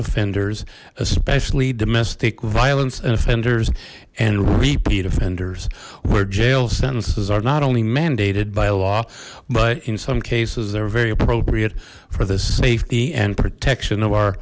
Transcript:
offenders especially domestic violence and offenders and repeat offenders where jail sentences are not only mandated by law but in some cases they're very appropriate for the safety and protection of our